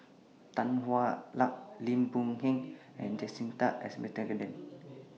Tan Hwa Luck Lim Boon Heng and Jacintha Abisheganaden